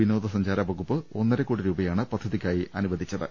വിനോദ സഞ്ചാര വകുപ്പ് ഒന്നരക്കോടി രൂപയാണ് പദ്ധതിക്കായി അനുവദിച്ചിരുന്നത്